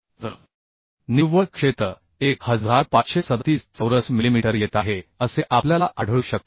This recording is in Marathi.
तर निव्वळ क्षेत्र 1537चौरस मिलिमीटर येत आहे असे आपल्याला आढळू शकते